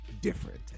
different